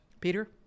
Peter